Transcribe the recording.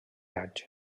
anys